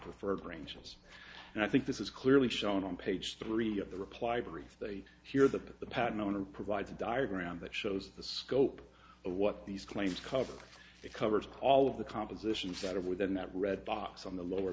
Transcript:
preferred ranges and i think this is clearly shown on page three of the reply brief they hear that the patent owner provides a diagram that shows the scope of what these claims cover that covers all of the compositions that are within that red box on the lower